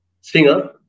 singer